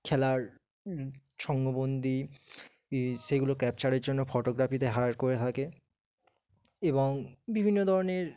খেলার সংঙ্গবন্দি ই সেইগুলো ক্যাপচারের জন্য ফটোগ্রাফিদের হায়ার করে থাকে এবং বিভিন্ন ধরনের